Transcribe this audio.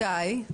מתי?